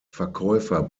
verkäufer